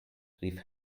rief